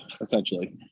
essentially